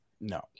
No